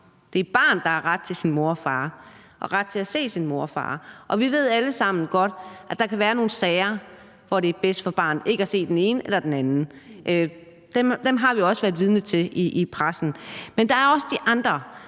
Det er barnet, der har ret til sin mor og far, ret til at se sin mor og far, og vi ved alle sammen godt, at der kan være nogle sager, hvor det er bedst for barnet ikke at se den ene eller den anden. Dem har vi også været vidner til i pressen. Men der er også de andre,